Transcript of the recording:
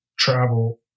travel